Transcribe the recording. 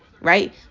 Right